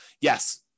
yes